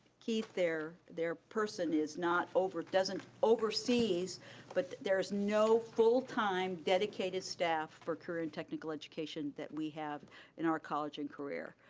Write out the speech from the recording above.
keith, their their person, is not over, doesn't, oversees but there's no full time dedicated staff for career in technical education that we have in our college and career.